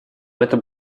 этом